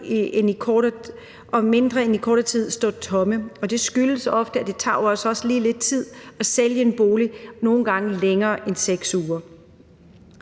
tomme i kortere tid. Det skyldes ofte, at det jo også tager lidt tid at sælge en bolig, nogle gange længere end 6 uger.